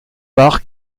pare